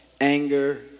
anger